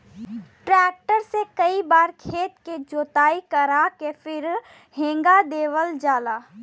tractor से कई बार खेत के जोताई करा के फिर हेंगा देवल जाला